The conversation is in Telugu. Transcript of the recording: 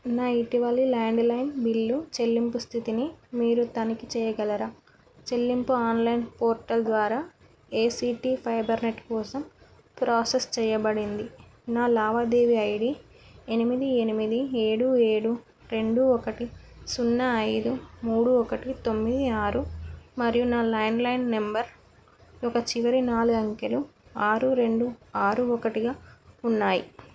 నా ఇటీవలి ల్యాండ్లైన్ లైన్ బిల్లు చెల్లింపు స్థితిని మీరు తనిఖీ చేయగలరా చెల్లింపు ఆన్లైన్ పోర్టల్ ద్వారా ఏసీటీ ఫైబర్ నెట్ కోసం ప్రాసెస్ చెయ్యబడింది నా లావాదేవీ ఐడీ ఎనిమిది ఎనిమిది ఏడు ఏడు రెండు ఒకటి సున్నా ఐదు మూడు ఒకటి తొమ్మిది ఆరు మరియు నా ల్యాండ్లైన్ నెంబర్ ఒక చివరి నాలుగు అంకెలు ఆరు రెండు ఆరు ఒకటిగా ఉన్నాయి